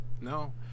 No